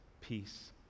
peace